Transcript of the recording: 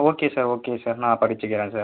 okay sir okay sir நான் படித்துக்கிறேன் sir